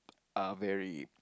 are very